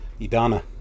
Idana